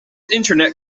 internet